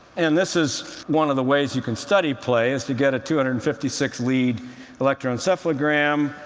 and this is one of the ways you can study play is to get a two hundred and fifty six lead electroencephalogram.